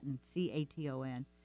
C-A-T-O-N